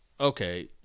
okay